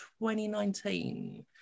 2019